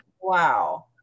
Wow